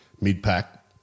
mid-pack